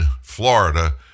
Florida